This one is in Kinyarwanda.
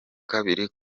kabiri